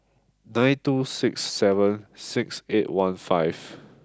nine two six seven six eight one five